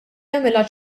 jagħmilha